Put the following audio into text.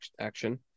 action